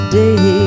day